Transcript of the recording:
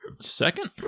second